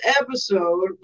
episode